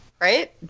right